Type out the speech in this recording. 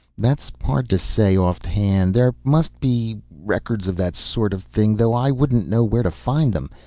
that's hard to say offhand. there must be records of that sort of thing, though i wouldn't know where to find them.